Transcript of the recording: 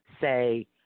say